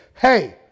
hey